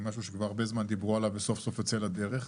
משהו שכבר הרבה זמן דיברו עליו וסוף סוף יוצא לדרך.